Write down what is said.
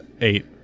eight